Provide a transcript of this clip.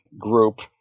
group